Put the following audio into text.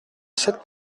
sept